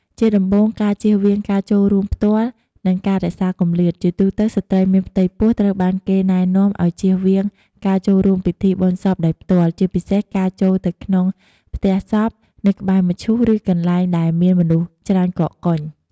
ជាដំបូង ការជៀសវាងការចូលរួមផ្ទាល់ និងការរក្សាគម្លាត ជាទូទៅស្ត្រីមានផ្ទៃពោះត្រូវបានគេណែនាំឲ្យជៀសវាងការចូលរួមពិធីបុណ្យសពដោយផ្ទាល់ ជាពិសេសការចូលទៅក្នុងផ្ទះសព នៅក្បែរមឈូស ឬកន្លែងដែលមានមនុស្សច្រើនកកកុញ។